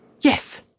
Yes